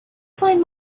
find